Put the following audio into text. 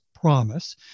promise